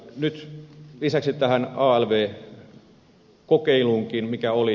nyt lisäksi tähän alv kokeiluun mikä oli